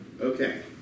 Okay